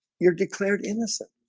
you're declared innocent.